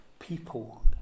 people